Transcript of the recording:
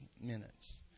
minutes